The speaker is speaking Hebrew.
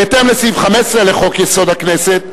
בהתאם לסעיף 15 לחוק-יסוד: הכנסת,